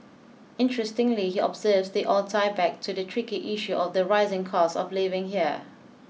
interestingly he observes they all tie back to the tricky issue of the rising cost of living here